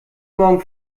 morgen